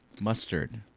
Mustard